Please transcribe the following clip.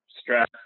stress